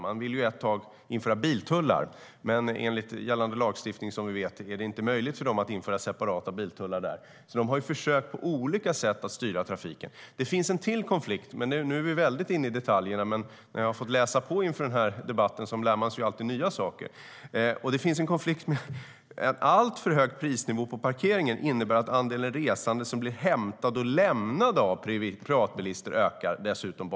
Man ville ett tag införa biltullar, men enligt gällande lagstiftning är det som vi vet inte möjligt för dem att införa separata biltullar där. Swedavia har alltså försökt på olika sätt att styra trafiken. Det finns en konflikt till. Nu är vi väldigt mycket inne på detaljer, men när man får läsa på inför en debatt lär man sig alltid nya saker: En alltför hög prisnivå på parkeringen innebär att andelen resande som blir hämtade och lämnade på Arlanda av privatbilister ökar dessutom.